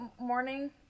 morning